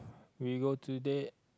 we go to date